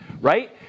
right